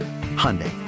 Hyundai